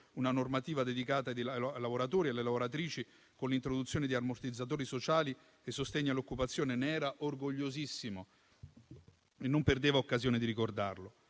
una normativa dedicata ai lavoratori e alle lavoratrici con l'introduzione di ammortizzatori sociali e sostegno all'occupazione; ne era orgogliosissimo e non perdeva occasione di ricordarlo.